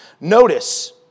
Notice